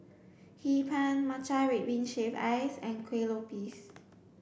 Hee Pan Matcha red bean shaved ice and Kueh Lopes